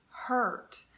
hurt